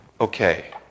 Okay